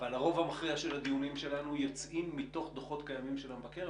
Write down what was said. אבל הרוב המכריע של הדיונים שלנו יוצאים מתוך דוחות קיימים של המבקר.